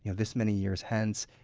you know this many years hence,